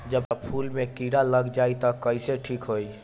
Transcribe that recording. जब फूल मे किरा लग जाई त कइसे ठिक होई?